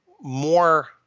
more